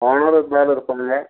owner மேலே இருப்பாங்கங்க